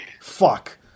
Fuck